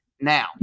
Now